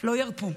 לא ירפו.